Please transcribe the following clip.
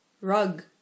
Rug